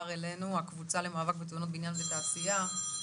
אלינו מהקבוצה למאבק בתאונות בניין ותעשייה.